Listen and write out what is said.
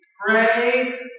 pray